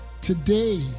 Today